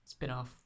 Spinoff